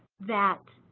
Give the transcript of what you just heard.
that